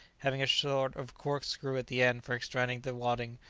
having a sort of corkscrew at the end for extracting the wadding,